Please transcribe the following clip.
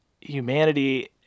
humanity